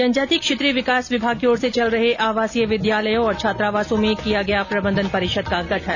जनजातिय क्षेत्रीय विकास विभाग की ओर से चल रहे आवासीय विद्यालयों और छात्रावासों में किया गया प्रबंधन परिषद का गठन